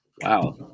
Wow